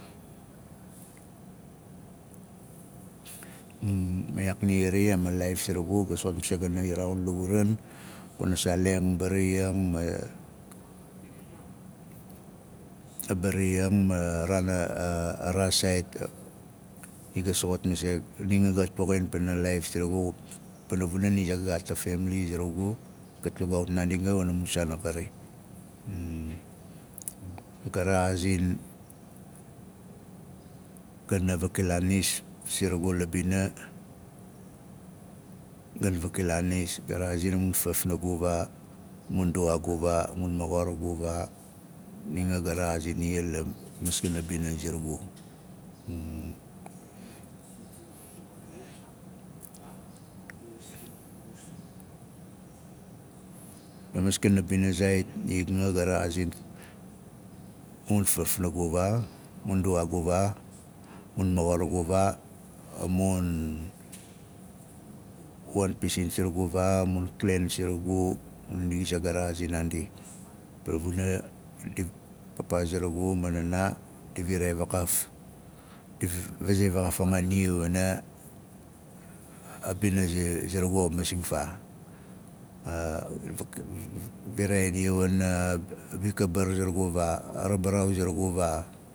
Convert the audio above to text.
ma iyaak nia xari iyaak paan laaif surugu ga soxot masei gana raaun la uran kuna saaleng mbari ang ma- a a bari ang ma- a- raan a raas saait ni ga soxot masei ni nga gat poxin pana laaif surugu pana ni zaait ga gaat a femali zurugu gat lugaaut naandi nga wana mu saan a kari ga rexaazin gana vakilaan his siragu la bina gana vakilaan nis ga rexaazing a mu fafnugu vaa mun nduaagu vaa a mu moxorogu vaa ni anga ga rexaazin fafnagu vaa a mun nduaagu vaa mun klen surugu nia zaai ga rexawazing naandi pana vuna papaa ziragu ma naanaadi viraai vakaaf nia vasei vakaaf anga nia wanaa bina zi- zirugu xa masing faa di riraai nia wana bikabar zurugu vaa, a ra ba raau ni nga ga rexaazin a marana uva surugu ma iyaak naan be